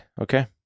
Okay